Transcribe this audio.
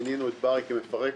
מינינו את ברי בר-ציון כמפרק.